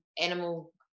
animal